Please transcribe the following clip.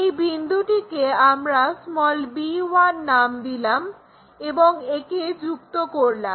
এই বিন্দুটিকে আমরা b1 নাম দিলাম এবং একে যুক্ত করলাম